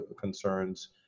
concerns